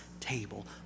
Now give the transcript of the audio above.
table